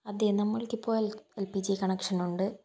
അതെ നമ്മൾക്കിപ്പോൾ L P G connection ഉണ്ട്